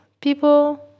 People